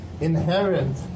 inherent